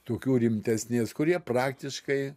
tokių rimtesnės kurie praktiškai